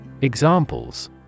Examples